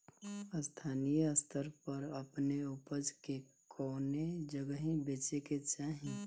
स्थानीय स्तर पर अपने ऊपज के कवने जगही बेचे के चाही?